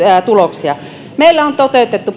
tuloksia meillä on toteutettu